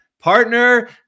partner